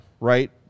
Right